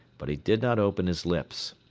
but he did not open his lips.